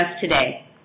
today